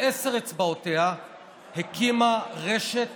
בעשר אצבעותיה הקימה רשת